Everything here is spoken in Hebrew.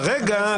כרגע,